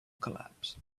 collapse